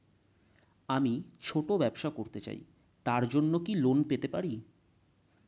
আমি ছোট ব্যবসা করতে চাই তার জন্য কি লোন পেতে পারি?